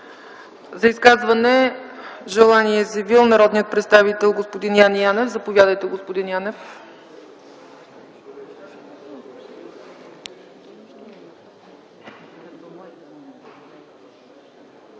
За изказване желание е изявил народният представител господин Яне Янев. Заповядайте, господин Янев.